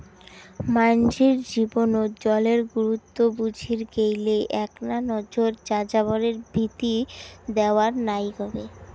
মানষির জীবনত জলের গুরুত্ব বুজির গেইলে এ্যাকনা নজর যাযাবরের ভিতি দ্যাওয়ার নাইগবে